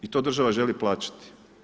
I to država želi plaćati.